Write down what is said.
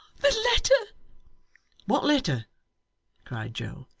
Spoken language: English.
the letter what letter cried joe.